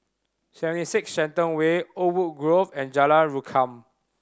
Seventy Six Shenton Way Oakwood Grove and Jalan Rukam